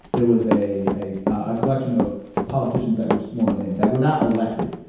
there was a a ah collection of politicians that were sworn in that were not elected.